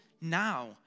now